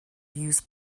used